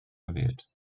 gewählt